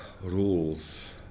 rules